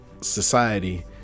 society